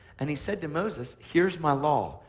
and he said to moses, here's my law.